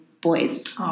boys